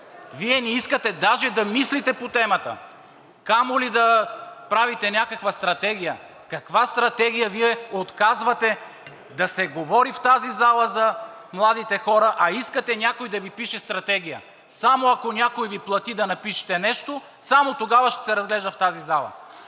Вие не искате даже да мислите по темата, камо ли да правите някаква стратегия. Каква стратегия?! Вие отказвате да се говори в тази зала за младите хора, а искате някой да Ви пише стратегия. Само ако някой Ви плати да напишете нещо, само тогава ще се разглежда в тази зала.